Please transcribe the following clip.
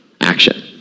Action